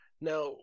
Now